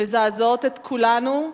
מזעזעות את כולנו,